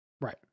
Right